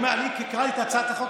אני קראתי את הצעת החוק,